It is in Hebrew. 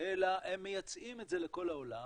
אלא הם מייצאים את זה לכל העולם,